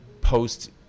post